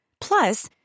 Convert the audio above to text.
Plus